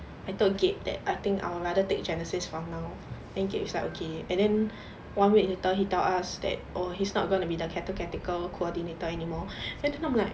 I told gabe that I think I would rather take genesis from now then gabe was like okay and then one week later he tell us that oh he's not gonna be the catechetical coordinator anymore then I'm like